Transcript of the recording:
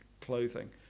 clothing